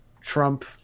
Trump